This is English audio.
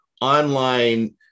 online